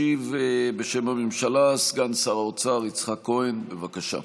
בשם הממשלה ישיב סגן שר האוצר יצחק כהן, בבקשה.